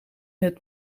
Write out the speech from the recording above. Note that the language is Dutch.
het